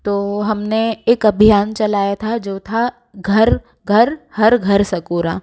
तो हमने एक अभियान चलाया था जो था घर घर हर घर सकोरा